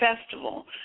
festival